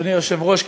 אדוני היושב-ראש,